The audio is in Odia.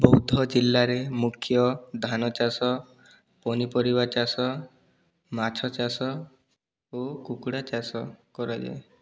ବୌଦ୍ଧ ଜିଲ୍ଲାରେ ମୁଖ୍ୟ ଧାନ ଚାଷ ପନିପରିବା ଚାଷ ମାଛ ଚାଷ ଓ କୁକୁଡ଼ା ଚାଷ କରାଯାଏ